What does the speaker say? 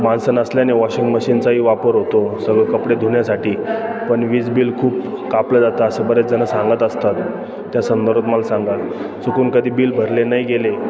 माणसं नसल्याने वॉशिंग मशीनचाही वापर होतो सगळं कपडे धुण्यासाठी पण वीज बिल खूप कापलं जाता असं बरेच जणं सांगत असतात त्या संदर्भात मला सांगा चुकून कधी बिल भरले नाही गेले